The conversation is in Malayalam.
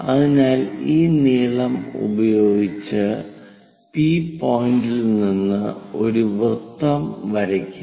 അതിനാൽ ഈ നീളം ഉപയോഗിച്ച് പി പോയിന്റിൽ നിന്ന് ഒരു വൃത്തം വരയ്ക്കുക